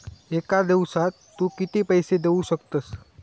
एका दिवसात तू किती पैसे देऊ शकतस?